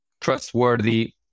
Trustworthy